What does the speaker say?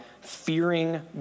fearing